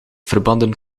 verbanden